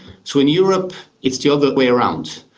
so in europe it's the other way around.